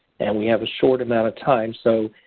and we have a short amount of time. so,